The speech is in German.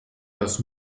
das